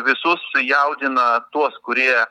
visus sujaudina tuos kurie